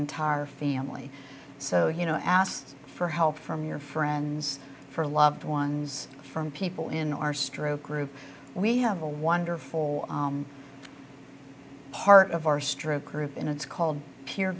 entire family so you know asked for help from your friends for loved ones from people in our stroke group we have a wonderful part of our stroke group and it's called peer